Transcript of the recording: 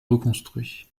reconstruit